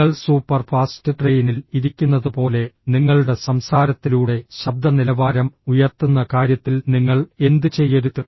നിങ്ങൾ super fast ട്രെയിനിൽ ഇരിക്കുന്നതുപോലെ നിങ്ങളുടെ സംസാരത്തിലൂടെ ശബ്ദ നിലവാരം ഉയർത്തുന്ന കാര്യത്തിൽ നിങ്ങൾ എന്തുചെയ്യരുത്